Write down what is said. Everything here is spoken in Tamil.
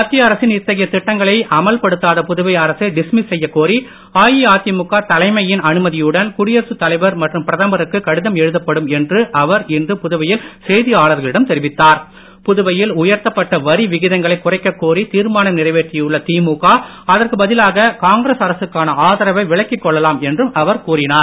மத்திய அரசின் இத்தகைய திட்டங்களை அமல்படுத்தாத புதுவை அரசை டிஸ்மிஸ் செய்யக்கோரி அஇஅதிமுக தலைமையின் அனுமதியுடன் குடியரசுத் தலைவர் மற்றும் பிரதமருக்கு கடிதம் எழுதப்படும் என்று அவர் இன்று புதுவையில் உயர்த்தப்பட்ட வரி விகிதங்களை குறைக்கக் கோரி தீர்மானம் நிறைவேற்றியுள்ள திமுக அதற்கு பதிலாக காங்கிரஸ் அரசுக்கான ஆதரவை விலக்கிக் கொள்ளலாம் என்றும் அவர் கூறினார்